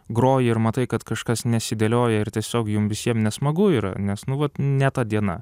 groji ir matai kad kažkas nesidėlioja ir tiesiog jum visiem nesmagu yra nes nu vat ne ta diena